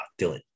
Dylan